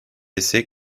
essais